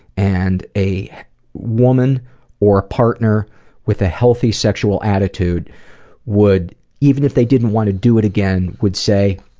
and a woman or a partner with a healthy sexual attitude would even if they didn't want to do it again would say